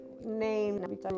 name